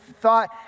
thought